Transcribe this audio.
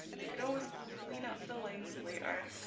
you could always clean up the lines later